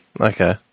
Okay